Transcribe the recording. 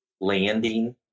landing